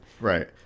Right